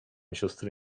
siostry